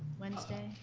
wednesday,